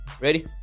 Ready